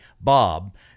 Bob